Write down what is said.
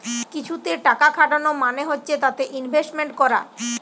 কিছুতে টাকা খাটানো মানে হচ্ছে তাতে ইনভেস্টমেন্ট করা